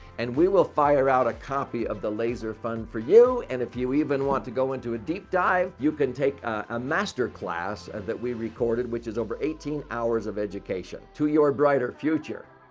and we will fire out a copy of the laser fund for you. and if you even want to go into a deep dive, you can take a master class and that we record which is over eighteen hours of education to you brighter future.